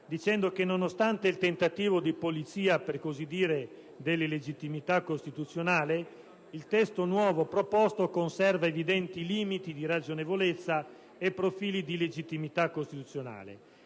dicendo che, nonostante il tentativo di pulizia dell'illegittimità costituzionale, il nuovo testo proposto conserva evidenti limiti di ragionevolezza e profili di illegittimità costituzionale.